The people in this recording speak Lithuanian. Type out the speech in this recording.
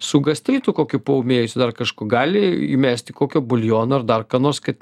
su gastritu kokiu paūmėjusiu dar kažku gali įmesti kokio buljono ar dar ką nors kad